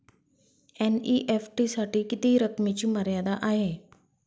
NEFT साठी किती रकमेची मर्यादा आहे?